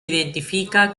identifica